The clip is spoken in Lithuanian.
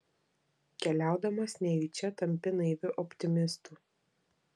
keliaudamas nejučia tampi naiviu optimistu